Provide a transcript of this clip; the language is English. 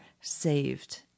saved